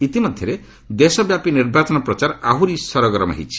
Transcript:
ଇତିମଧ୍ୟରେ ଦେଶବ୍ୟାପୀ ନିର୍ବାଚନ ପ୍ରଚାର ଆହୁରି ସରଗରମ ହୋଇଛି